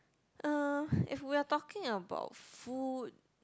uh if we are talking about food